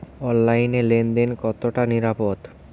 অনলাইনে লেন দেন কতটা নিরাপদ?